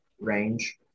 range